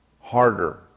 Harder